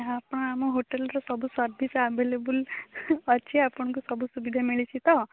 ଆପଣ ଆମ ହୋଟେଲର ସବୁ ସର୍ଭିସ୍ ଆଭେଲେବୁଲ୍ ଅଛି ଆପଣଙ୍କୁ ସବୁ ସୁବିଧା ମିଳିଛି ତ